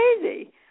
crazy